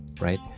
right